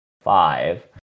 five